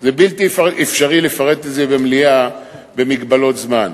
זה בלתי אפשרי לפרט את זה במליאה במגבלות זמן,